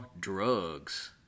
drugs